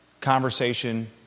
conversation